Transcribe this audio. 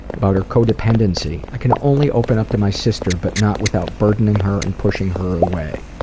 about her co-dependency i can only open up to my sister but not without burdening her and pushing her away.